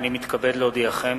הנני מתכבד להודיעכם,